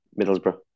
Middlesbrough